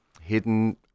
hidden